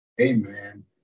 Amen